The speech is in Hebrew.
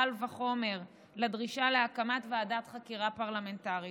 קל וחומר לדרישה להקמת ועדת חקירה פרלמנטרית.